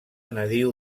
nadiu